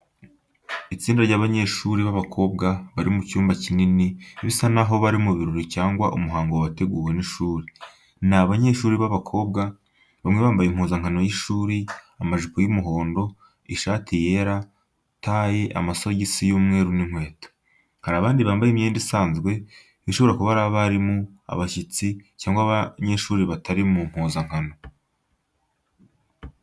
Itsinda ry’abanyeshuri b’abakobwa bari mu cyumba kinini, bisa naho bari mu birori cyangwa umuhango wateguwe n’ishuri. Ni abanyeshuri b'abakobwa, bamwe bambaye impuzankano y’ishuri, amajipo y’umuhondo, ishati yera, tie, amasogisi y’umweru n’inkweto. Hari abandi bambaye imyenda isanzwe, bishobora kuba ari abarimu, abashyitsi, cyangwa abanyeshuri batari mu mpuzankano.